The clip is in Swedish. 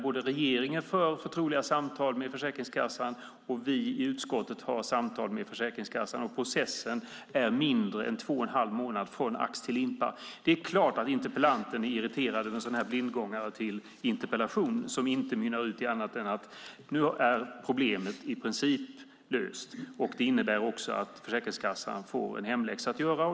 Men regeringen för förtroliga samtal med Försäkringskassan, och vi i utskottet har också samtal med Försäkringskassan. Processtiden är mindre än två och en halv månad från ax till limpa. Det är klart att interpellanten är irriterad över en sådan här blindgångare till interpellation som inte mynnar ut i annat än att problemet nu i princip är löst. Det innebär också att Försäkringskassan får en hemläxa att göra.